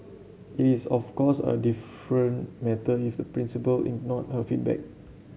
it is of course a different matter if the principal ignored her feedback